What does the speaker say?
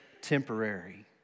temporary